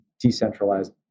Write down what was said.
decentralized